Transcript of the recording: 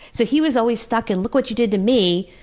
so he was always stuck in look what you did to me,